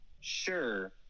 sure